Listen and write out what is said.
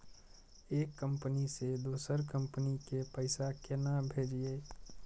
एक कंपनी से दोसर कंपनी के पैसा केना भेजये?